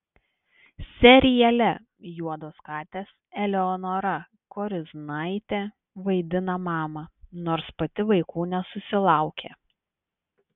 seriale juodos katės eleonora koriznaitė vaidina mamą nors pati vaikų nesusilaukė